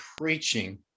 preaching